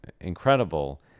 incredible